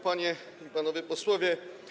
Panie i Panowie Posłowie!